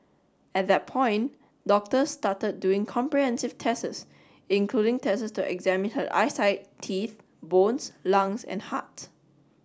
at that point doctors started doing comprehensive tests including tests to examine her eyesight teeth bones lungs and heart